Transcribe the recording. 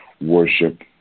worship